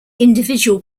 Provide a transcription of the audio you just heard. individual